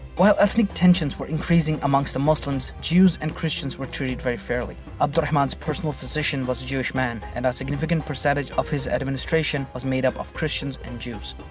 while ethnic tensions were increasing amongst the muslims, jews and christians were treated very fairly. abd al-rahman's personal physician was a jewish man and a significant percentage of his administration was made up of christians and jews.